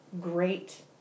great